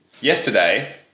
Yesterday